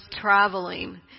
traveling